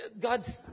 God